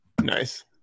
Nice